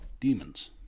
Demons